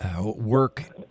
work